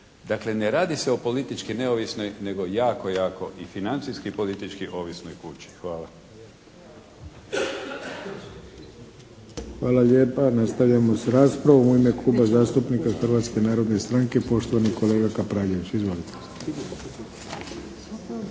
Dakle ne radi se o politički neovisnoj nego jako, jako i financijski i politički ovisnoj kući. Hvala. **Arlović, Mato (SDP)** Hvala lijepa. Nastavljamo sa raspravom. U ime Kluba zastupnika Hrvatske narodne stranke, poštovani kolega Kapraljević. Izvolite.